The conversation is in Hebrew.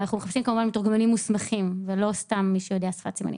אנחנו מחפשים כמובן מתורגמנים מוסמכים ולא סתם מי שיודע שפת סימנים.